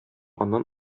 аннан